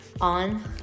On